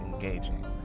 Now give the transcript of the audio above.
engaging